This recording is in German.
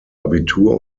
abitur